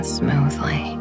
smoothly